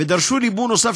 ודרשו ליבון נוסף,